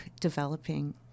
developing